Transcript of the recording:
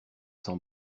sans